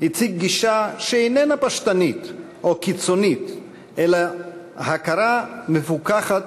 הציג גישה שאיננה פשטנית או קיצונית אלא הכרה מפוכחת